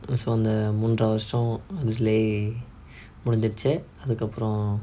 mm so அந்த மூன்றாரே வருஷம் அது இல்லை முடிஞ்சிடிச்சு அதுக்கு அப்புறம்:antha moondrarae varusho athu illai mudinjitichu athukku appuram